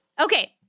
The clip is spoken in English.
okay